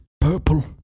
purple